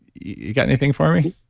you got anything for me?